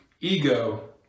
ego